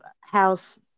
house